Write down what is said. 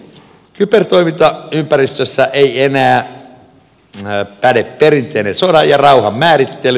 kybertoimintaympäristössä ei enää päde perinteinen sodan ja rauhan määrittely